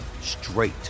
straight